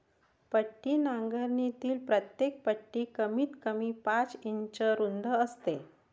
पट्टी नांगरणीतील प्रत्येक पट्टी कमीतकमी पाच इंच रुंद असते